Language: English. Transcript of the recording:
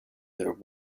their